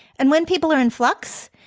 and when people are in flux,